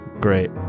Great